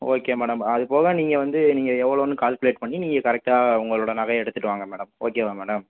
okay madam அது போக நீங்கள் வந்து நீங்கள் எவ்ளோன்னு கால்குலேட் பண்ணி நீங்கள் கரெக்ட்டாக உங்களோட நகையை எடுத்துகிட்டு வாங்க மேடம் ஓகேவா மேடம்